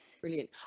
Brilliant